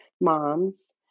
moms